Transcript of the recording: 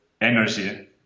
energy